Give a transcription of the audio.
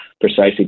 precisely